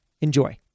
enjoy